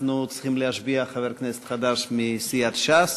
אנחנו צריכים להשביע חבר כנסת חדש מסיעת ש"ס.